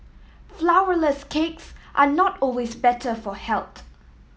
flourless cakes are not always better for health